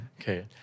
Okay